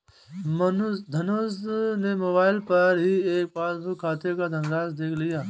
धनुष ने मोबाइल पर ही बैंक पासबुक में खाते की धनराशि देख लिया